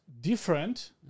different